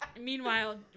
Meanwhile